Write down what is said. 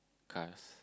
cars